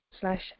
slash